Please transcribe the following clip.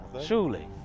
Surely